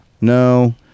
No